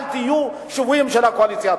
אל תהיו שבויים של הקואליציה.